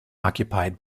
occupied